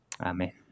Amen